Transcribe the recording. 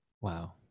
Wow